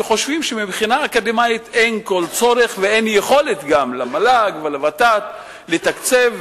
וחושבים שמבחינה אקדמית אין כל צורך ואין גם יכולת למל"ג ולות"ת לתקצב,